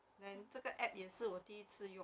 then 这个 app 也是我第一次用